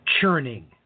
churning